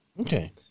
okay